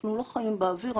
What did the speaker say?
אנחנו לא חיים באוויר,